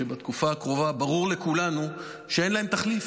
שבתקופה הקרובה ברור לכולנו שאין להם תחליף.